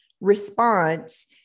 response